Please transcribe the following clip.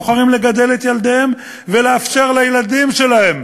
בוחרים לגדל את ילדיהם ולאפשר לילדים שלהם